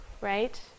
right